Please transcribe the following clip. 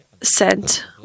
sent